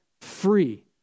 free